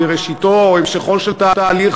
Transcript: והיא ראשיתו או המשכו של תהליך,